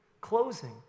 closing